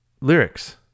lyrics